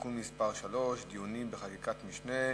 (תיקון מס' 3) (דיונים בחקיקת משנה),